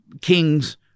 kings